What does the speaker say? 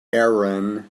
aaron